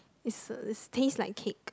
is is taste like cake